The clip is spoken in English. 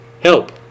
help